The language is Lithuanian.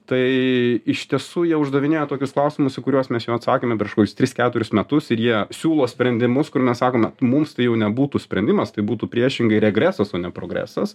tai iš tiesų jie uždavinėja tokius klausimus į kuriuos mes jau atsakėme prieš kokius tris keturis metus ir jie siūlo sprendimus kur mes sakome mums tai jau nebūtų sprendimas tai būtų priešingai regresas o ne progresas